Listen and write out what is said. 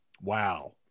Wow